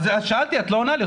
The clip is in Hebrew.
אז שאלתי, את לא עונה לי.